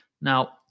Now